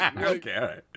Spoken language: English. Okay